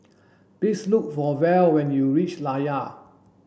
please look for Val when you reach Layar